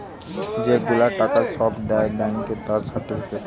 যে গুলা টাকা সব দেয় ব্যাংকে তার সার্টিফিকেট